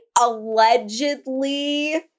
Allegedly